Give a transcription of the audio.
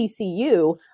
TCU